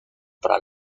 para